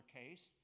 case